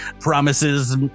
promises